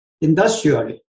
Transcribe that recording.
industrially